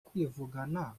kwivugana